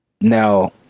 Now